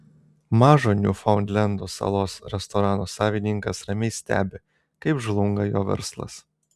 mažo niufaundlendo salos restorano savininkas ramiai stebi kaip žlunga jo verslas